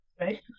Right